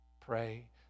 Pray